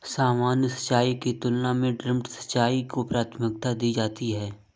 सामान्य सिंचाई की तुलना में ड्रिप सिंचाई को प्राथमिकता दी जाती है